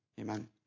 Amen